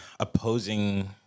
opposing